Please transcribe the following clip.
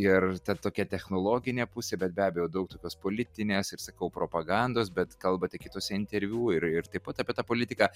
ir ta tokia technologinė pusė bet be abejo daug tokios politinės ir sakau propagandos bet kalbate kituose interviu ir ir taip pat apie tą politiką